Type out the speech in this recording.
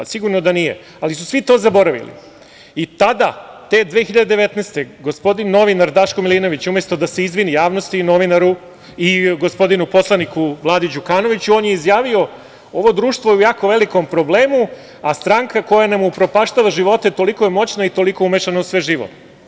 Sigurno da nije, ali su svi to zaboravili i tada te 2019. godine gospodin novinar Daško Milinović umesto da se izvini javnosti i gospodinu poslaniku Vladi Đukanoviću, on je izjavio – ovo društvo je u jako velikom problemu, a stranka koja nam upropaštava živote toliko je moćna i toliko umešana u sve živo.